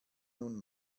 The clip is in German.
nun